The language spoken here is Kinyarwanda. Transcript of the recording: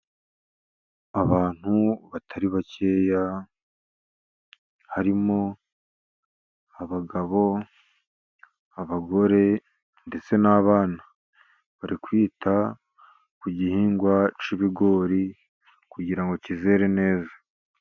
Abantu batari bakeya harimo abagabo, abagore, ndetse n'abana, bari kwita ku gihingwa cy'ibigori, kugira ngo kizere neza.